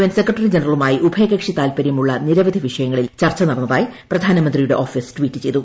N secretary ജനറലുമായി ഉഭയകക്ഷി താൽപ്പര്യമുള്ള നിരവധി വിഷയങ്ങളിൽ ചർച്ച നടന്നതായി പ്രധാനമന്ത്രിയുടെ ഓഫീസ് ട്വീറ്റ് ചെയ്തു